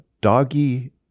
doggy